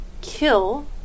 kill